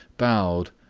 bowed,